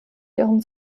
ihren